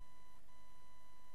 חבר